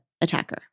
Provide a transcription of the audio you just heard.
attacker